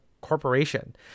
corporation